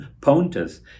Pontus